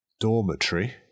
dormitory